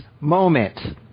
moment